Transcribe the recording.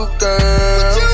girl